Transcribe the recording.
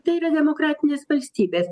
tai yra demokratinės valstybės